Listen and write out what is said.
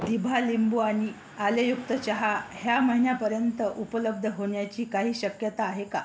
दिभा लिंबू आणि आलेयुक्त चहा ह्या महिन्यापर्यंत उपलब्ध होण्याची काही शक्यता आहे का